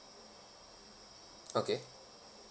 okay